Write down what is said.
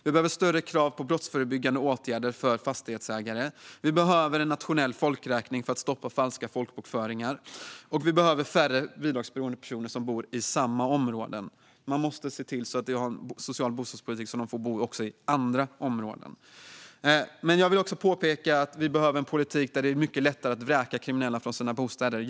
Vi behöver större krav på brottsförebyggande åtgärder för fastighetsägare. Vi behöver en nationell folkräkning för att stoppa falska folkbokföringar och se till att färre bidragsberoende personer bor i samma områden. Vi måste ha en social bostadspolitik som gör att de kan bo också i andra områden. Men jag vill också påpeka att vi behöver en politik där det är mycket lättare att vräka kriminella från deras bostäder.